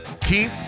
keep